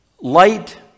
light